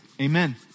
Amen